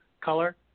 color